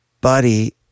Buddy